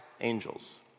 angels